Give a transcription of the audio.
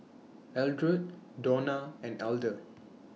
Eldred Dawna and Elder